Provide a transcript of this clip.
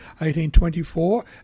1824